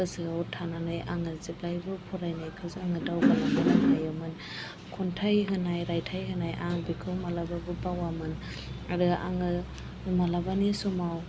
गोसोआव थानानै आङो जेब्लायबो फरायनायखौ जोङो दावगालांहोनो हायोमोन खन्थाइ होनाय रायथाय होनाय आं बेखौ मालाबाबो बावामोन आरो आङो मालाबानि समाव